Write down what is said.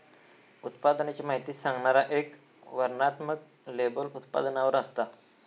उत्पादनाची माहिती सांगणारा एक वर्णनात्मक लेबल उत्पादनावर असता